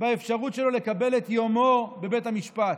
באפשרות שלו לקבל את יומו בבית המשפט.